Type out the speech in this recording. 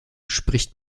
spricht